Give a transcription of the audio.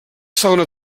segona